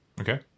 Okay